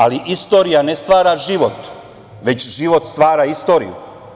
Ali, istorija ne stvara život, već život stvara istoriju.